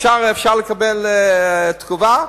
אפשר לקבל תגובה?